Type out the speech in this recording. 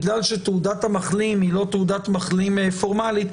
בגלל שתעודת המחלים היא לא תעודת מחלים פורמלית,